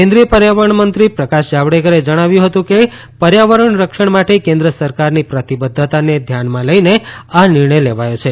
કેન્દ્રીય પર્યાવરણ મંત્રી પ્રકાશ જાવડેકરે જણાવ્યું હતું કે પર્યાવરણ રક્ષણ માટે કેન્દ્ર સરકારની પ્રતિબધ્ધતાને ધ્યાનમાં લઈ આ નિર્ણય લેવાયો છે